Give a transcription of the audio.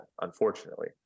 unfortunately